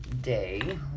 day